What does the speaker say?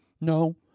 no